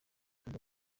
kujya